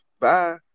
Bye